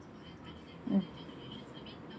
mm